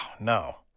no